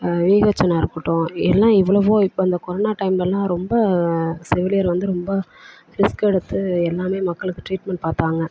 விஹச்என்னாக இருக்கட்டும் எல்லாம் எவ்வளவோ இப்போ இந்த கொரோனா டைம்லலாம் ரொம்ப செவிலியர் வந்து ரொம்ப ரிஸ்க் எடுத்து எல்லாமே மக்களுக்கு ட்ரீட்மெண்ட் பார்த்தாங்க